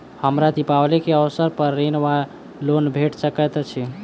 हमरा दिपावली केँ अवसर पर ऋण वा लोन भेट सकैत अछि?